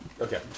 Okay